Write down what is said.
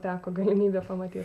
teko galimybė pamatyti